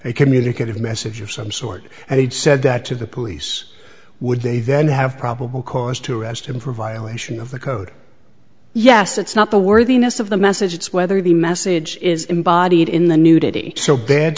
and communicative message of some sort and he said that to the police would they then have probable cause to arrest him for violation of the code yes it's not the worthiness of the message it's whether the message is embodied in the nudity so bad